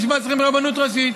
בשביל מה צריכים רבנות ראשית?